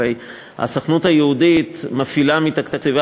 הרי הסוכנות היהודית מפעילה מתקציבה